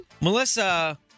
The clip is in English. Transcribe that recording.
Melissa